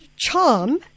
Charm